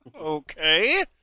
Okay